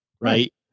right